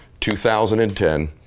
2010